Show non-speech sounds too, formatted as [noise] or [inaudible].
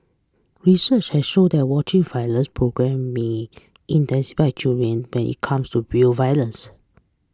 research has shown that watching violent programme may [unintelligible] children when it comes to real violence